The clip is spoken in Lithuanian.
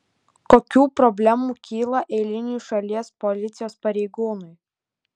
kokių problemų kyla eiliniui šalies policijos pareigūnui